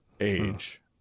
age